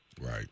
Right